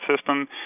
system